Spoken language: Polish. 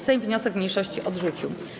Sejm wniosek mniejszości odrzucił.